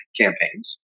campaigns